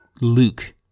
Luke